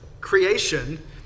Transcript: creation